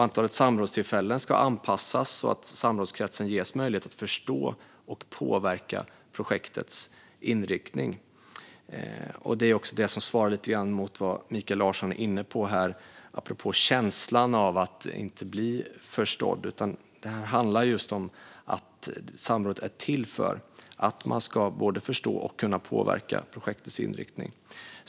Antalet samrådstillfällen ska också anpassas så att samrådskretsen ges möjlighet att förstå och påverka projektets inriktning. Detta svarar lite grann mot det Mikael Larsson är inne på apropå känslan av att inte bli förstådd. Samrådet är till för att man ska både förstå och kunna påverka projektets inriktning.